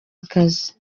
akazi